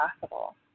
possible